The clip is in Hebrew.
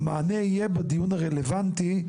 המענה יהיה בדיון הרלוונטי.